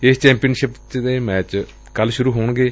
ਏਸ ਚੈਂਪੀਅਨਸ਼ਿਪ ਦੇ ਮੈਚ ਕੱਲ੍ ਸੁਰੂ ਹੋਣਗੇ